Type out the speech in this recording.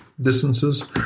Distances